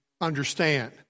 understand